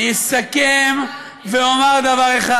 זה מתוך, אני אסכם ואומר דבר אחד: